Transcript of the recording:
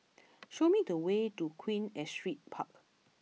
show me the way to Queen Astrid Park